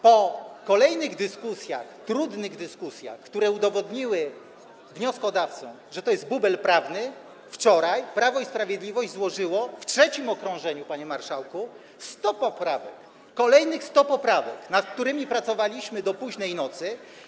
Po kolejnych dyskusjach, trudnych dyskusjach, które udowodniły wnioskodawcom, że to jest bubel prawny, wczoraj Prawo i Sprawiedliwość złożyło w trzecim okrążeniu, panie marszałku, 100 poprawek, kolejnych 100 poprawek, nad którymi pracowaliśmy do późnej nocy.